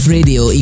Radio